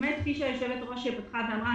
כפי שהיושבת-ראש פתחה ואמרה,